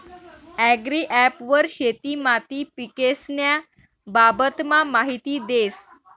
agri app वर शेती माती पीकेस्न्या बाबतमा माहिती देस